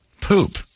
Poop